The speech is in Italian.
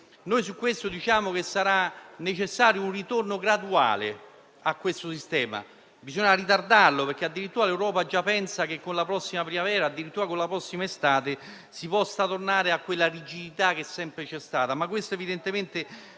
infatti, diciamo che sarà necessario un ritorno graduale a questo sistema: bisogna ritardarlo, perché addirittura l'Europa già pensa che con la prossima primavera o con la prossima estate si possa tornare alla rigidità che c'è sempre stata.